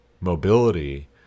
mobility